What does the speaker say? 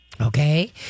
Okay